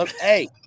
Hey